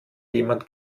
jemand